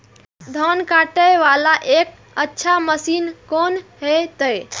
धान कटे वाला एक अच्छा मशीन कोन है ते?